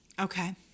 Okay